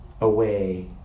away